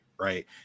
right